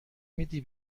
میدی